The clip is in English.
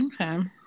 okay